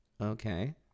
Okay